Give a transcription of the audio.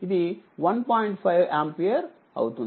5ఆంపియర్ అవుతుంది